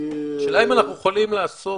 השאלה אם אנחנו יכולים לעשות